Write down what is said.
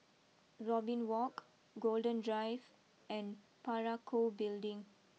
Robin walk Golden Drive and Parakou Building